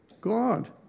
God